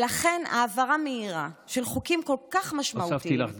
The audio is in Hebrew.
לכן העברה מהירה של חוקים כל-כך משמעותיים -- הוספתי לך דקה,